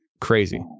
crazy